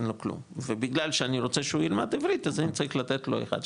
אין לו כלום ובגלל שאני רוצה שהוא ילמד עברית אז אני צריך לתת לו אחד,